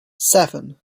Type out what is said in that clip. seven